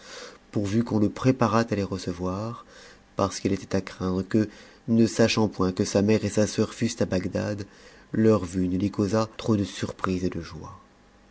pourvu qu'on le préparât à les recevoir parce qu'il était à craindre que ne sachant point que sa mère et sa sœur fussent à bagdad leur vue ne lui causât trop de surprise et de joie